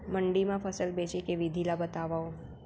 मंडी मा फसल बेचे के विधि ला बतावव?